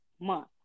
month